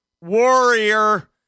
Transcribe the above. warrior